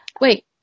Wait